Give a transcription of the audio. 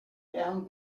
down